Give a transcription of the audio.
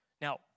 Now